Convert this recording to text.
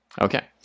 okay